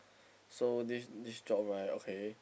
so this this job right okay